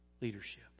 leadership